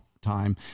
time